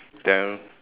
then